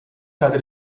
teile